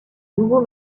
nouveaux